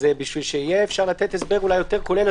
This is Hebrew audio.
בשביל שיהיה אפשר לתת הסבר יותר כולל,